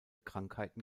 krankheiten